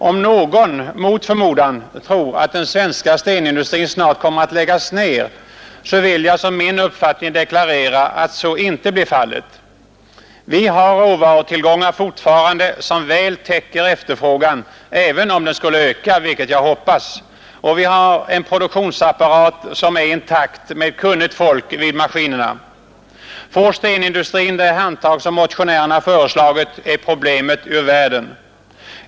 Om någon, mot förmodan, tror att den svenska stenindustrin snart kommer att läggas ned vill jag som min uppfattning deklarera att så inte blir fallet. Vi har råvarutillgångar fortfarande som väl täcker efterfrågan även om den skulle öka — vilket jag hoppas — och vi har en produktionsapparat, som är intakt, med kunnigt folk vid maskinerna. Får stenindustrin det handtag som motionärerna föreslagit är problemet ur världen.